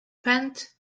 pat